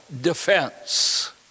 defense